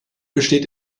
besteht